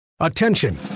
Attention